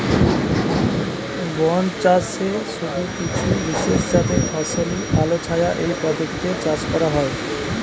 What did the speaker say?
বনচাষে শুধু কিছু বিশেষজাতের ফসলই আলোছায়া এই পদ্ধতিতে চাষ করা হয়